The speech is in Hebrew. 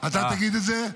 --- אתה תגיד את זה?